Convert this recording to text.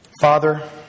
Father